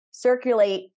circulate